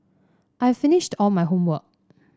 I've finished all my homework